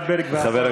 בבקשה, אדוני.